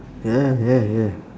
yeah yeah yeah